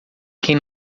quem